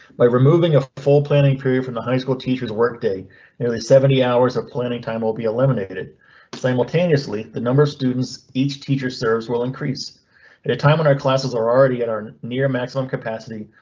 my removing a full planning period from the high school teachers work day nearly seventy hours of planning time will be illuminated. it simultaneously the number of students each teacher serves will increase at a time when our classes are already at our near maximum capacity.